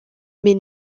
mais